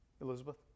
Elizabeth